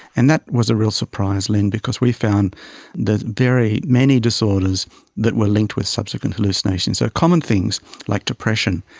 and that was a real surprise, lynne, because we found that very many disorders that were linked with subsequent hallucinations are common things like depression,